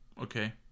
Okay